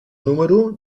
número